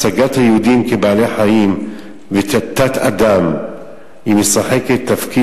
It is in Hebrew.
הצגת היהודים כבעלי-חיים וכתת-אדם משחקת תפקיד